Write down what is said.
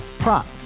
Prop